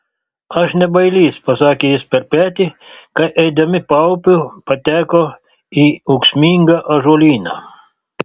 aš ne bailys pasakė jis per petį kai eidami paupiu pateko į ūksmingą ąžuolyną